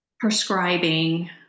prescribing